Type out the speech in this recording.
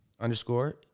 underscore